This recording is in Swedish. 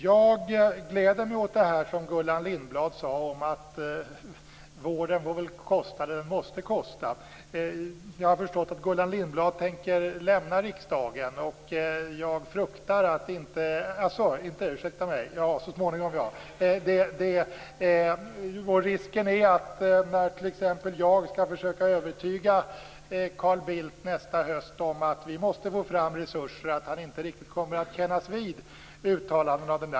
Jag gläder mig åt det som Gullan Lindblad sade om att vården får kosta det den måste kosta. Men risken är att Carl Bildt inte kommer att kännas vid uttalanden av den typen när t.ex. jag nästa höst skall försöka övertyga honom om att vi måste få fram resurser.